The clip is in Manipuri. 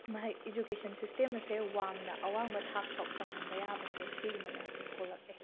ꯃꯍꯩ ꯏꯖꯨꯀꯦꯁꯟ ꯁꯤꯁꯇꯦꯝ ꯑꯁꯦ ꯋꯥꯡꯅ ꯑꯋꯥꯡꯕ ꯊꯥꯛꯐꯧ ꯇꯝꯍꯟꯕ ꯌꯥꯕꯁꯦ ꯁꯤꯒꯨꯝꯕ ꯃꯌꯥꯝꯁꯦ ꯊꯣꯛꯂꯛꯑꯦ